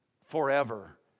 forever